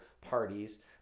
parties